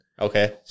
Okay